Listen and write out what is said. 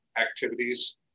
activities